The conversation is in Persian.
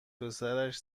پسرش